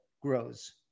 grows